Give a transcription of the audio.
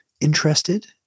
interested